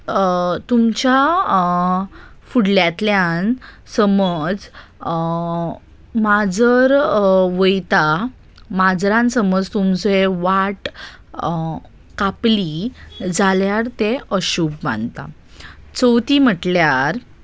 तुमच्या फुडल्यांतल्यान समज माजर वयता माजरान समज तुमचे वाट कापली जाल्यार ते अशूभ मानता चवथी म्हटल्यार